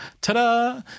Ta-da